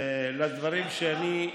לדברים שלי.